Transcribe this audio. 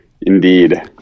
Indeed